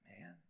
man